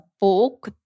book